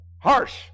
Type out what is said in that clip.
harsh